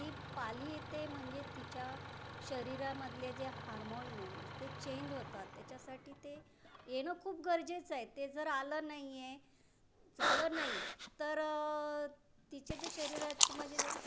ती पाळी येते म्हणजे तिच्या शरीरामधले जे हार्मोणियन्स ते चेंज होतात तेच्यासाठी ते येणं खूप गरजेचं आहे ते जर आलं नाही आहे झालं नाही तर तिचे जे शरीराची म्हणजे ते